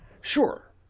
Sure